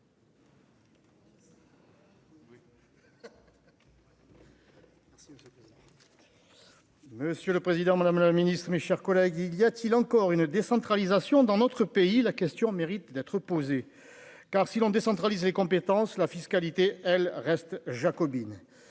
Monsieur le Président, Madame la Ministre, mes chers collègues, il y a-t-il encore une décentralisation dans notre pays, la question mérite d'être posée, car si l'on décentralise les compétences, la fiscalité, elle reste jacobine,